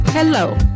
Hello